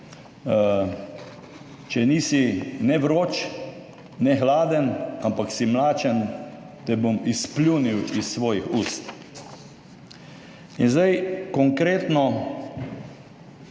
»Če nisi ne vroč ne hladen, ampak si mlačen, te bom izpljunil iz svojih ust.« In zdaj konkretno